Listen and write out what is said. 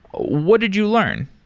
what did you learn?